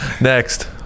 Next